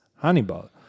Hannibal